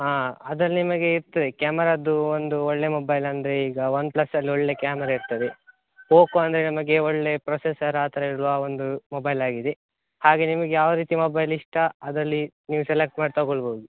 ಹಾಂ ಅದಲ್ಲಿ ನಿಮಗೆ ಇರ್ತದೆ ಕ್ಯಾಮರದು ಒಂದು ಒಳ್ಳೇ ಮೊಬೈಲ್ ಅಂದರೆ ಈಗ ಒನ್ ಪ್ಲಸಲ್ಲಿ ಒಳ್ಳೇ ಕ್ಯಾಮರಾ ಇರ್ತದೆ ಪೊಕೊ ಅಂದರೆ ನಮಗೆ ಒಳ್ಳೇ ಪ್ರೊಸೆಸರ್ ಆ ಥರ ಇಡುವ ಒಂದು ಮೊಬೈಲ್ ಆಗಿದೆ ಹಾಗೆ ನಿಮಗೆ ಯಾವ ರೀತಿ ಮೊಬೈಲ್ ಇಷ್ಟ ಅದಲ್ಲಿ ನೀವು ಸೆಲೆಕ್ಟ್ ಮಾಡಿ ತಗೋಳ್ಬೌದು